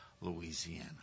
Louisiana